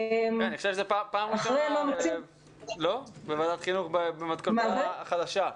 אני חושב שאת בפעם הראשונה בוועדת החינוך במתכונתה החדשה.